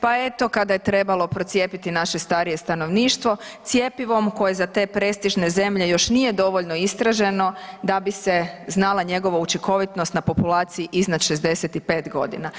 Pa eto kada je trebalo procijepiti naše starije stanovništvo cjepivom koje za te prestižne zemlje još nije dovoljno istraženo da bi se znala njegova učinkovitost na populaciji iznad 65 godina.